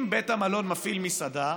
אם בית המלון מפעיל מסעדה,